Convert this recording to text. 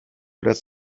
lässt